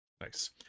Nice